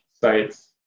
sites